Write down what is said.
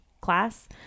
class